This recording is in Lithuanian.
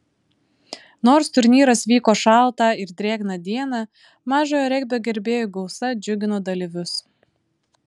nors turnyras vyko šaltą ir drėgną dieną mažojo regbio gerbėjų gausa džiugino dalyvius